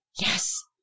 yes